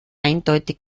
eindeutig